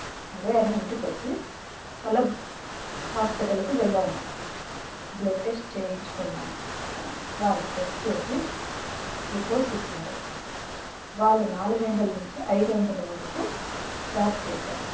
సరే అని ఇంటికొచ్చి మళ్ళా హాస్పిటల్కి వెళ్ళాను బ్లడ్ టెస్ట్ చేయించుకున్నాను వాళ్ళు టెస్ట్ చేసి రిపోర్ట్స్ ఇచ్చారు వాళ్ళు నాలుగు వందల నుంచి ఐదు వందల వరకు ఛార్జ్ చేశారు డాక్టర్